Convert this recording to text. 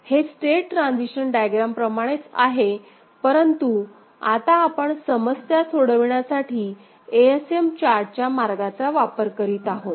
हे state transition diagram प्रमाणेच आहे परंतु आपण आता समस्या सोडविण्यासाठी ASM चार्टच्या मार्गाचा वापर करीत आहोत